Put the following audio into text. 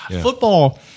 Football